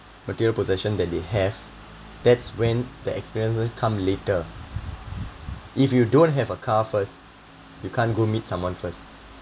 material possession that they have that's when the experiences come later if you don't have a car first you can't go meet someone first